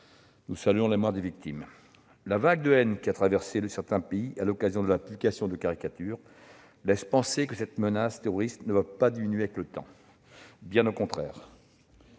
Nous saluons la mémoire des victimes. La vague de haine qui a traversé certains pays à l'occasion de la publication des caricatures laisse penser que cette menace terroriste ne va pas diminuer avec le temps, bien au contraire.